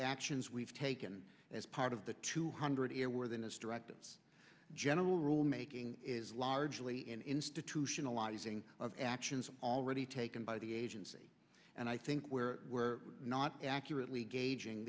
actions we've taken as part of the two hundred airworthiness directives general rule making is largely in institutionalizing of actions already taken by the agency and i think where we're not accurately gauging